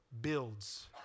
builds